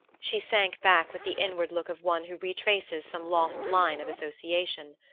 she sank back with the inward look of one who retraces some lost line of association.